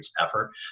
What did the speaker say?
effort